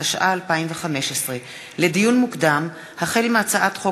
התשע"ה 2015. לדיון מוקדם: החל בהצעת חוק